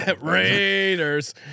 Raiders